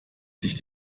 sich